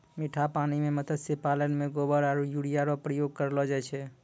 मीठा पानी मे मत्स्य पालन मे गोबर आरु यूरिया रो प्रयोग करलो जाय छै